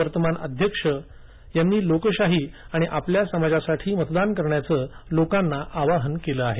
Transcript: वर्तमान अध्यक्ष Sebastian Pinera यांनी लोकशाही आणि आपल्या समाजासाठी मतदान करण्याचं लोकांना आवाहन केलं आहे